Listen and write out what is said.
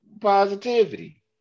positivity